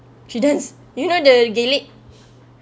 she dance you know the gelek